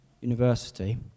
university